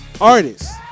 artists